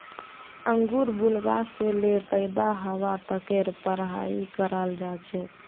अंगूर बुनवा से ले पैदा हवा तकेर पढ़ाई कराल जा छे